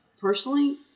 Personally